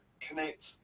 connect